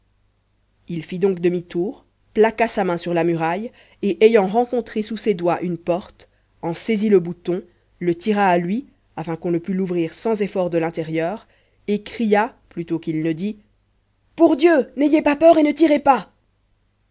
il fit donc demi-tour plaqua sa main sur la muraille et ayant rencontré sous ses doigts une porte en saisit le bouton le tira à lui afin qu'on ne pût l'ouvrir sans effort de l'intérieur et cria plutôt qu'il ne dit pour dieu n'ayez pas peur et ne tirez pas